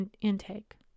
intake